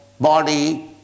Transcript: body